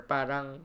Parang